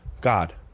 God